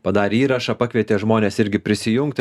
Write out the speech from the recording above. padarė įrašą pakvietė žmones irgi prisijungti